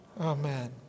Amen